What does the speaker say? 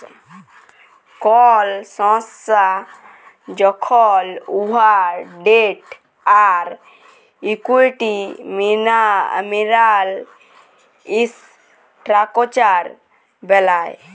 call সংস্থা যখল উয়ার ডেট আর ইকুইটি মিলায় ইসট্রাকচার বেলায়